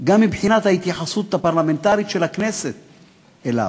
גם מבחינת ההתייחסות הפרלמנטרית של הכנסת אליו.